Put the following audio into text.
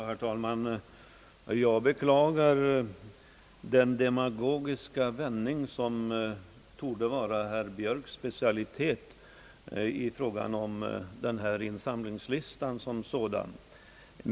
Herr talman! Jag beklagar den demagogiska vändning, som torde vara herr Björks specialitet, i fråga om den utlagda insamlingslistan.